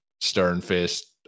stern-faced